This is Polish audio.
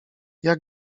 jak